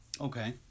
Okay